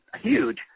huge